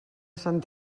sant